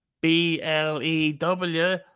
B-L-E-W